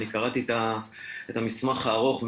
אני קראתי את המסמך הארוך.